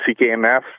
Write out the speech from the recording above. CKMF